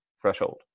threshold